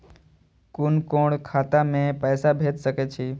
कुन कोण खाता में पैसा भेज सके छी?